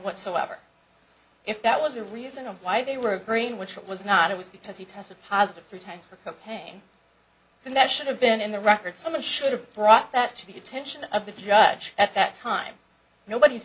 whatsoever if that was the reason why they were green which it was not it was because he tested positive three times for cocaine and that should have been in the record some of the should've brought that to the attention of the judge at that time nobody